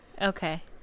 Okay